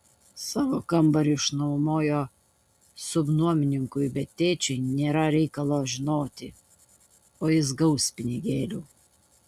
savo kambarį išnuomojo subnuomininkui bet tėčiui nėra reikalo žinoti o jis gaus pinigėlių